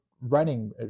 running